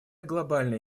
глобальная